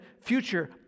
future